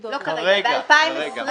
לא כרגע, ב-2020.